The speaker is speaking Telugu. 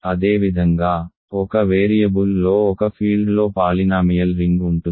అదేవిధంగా ఒక వేరియబుల్లో ఒక ఫీల్డ్లో పాలినామియల్ రింగ్ ఉంటుంది